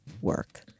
work